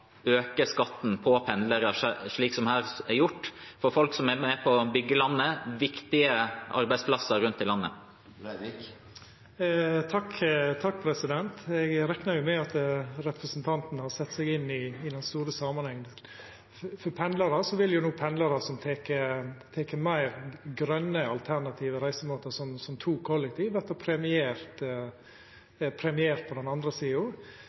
øke skatten for pendlere slik det er gjort her – for folk som er med på å bygge landet, på viktige arbeidsplasser rundt om i landet? Eg reknar med at representanten har sett seg inn i den store samanhengen. Pendlarar som vel meir grøne, alternative reisemåtar, som kollektiv, vil no verta premierte på den andre sida.